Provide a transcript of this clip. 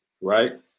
right